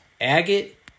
agate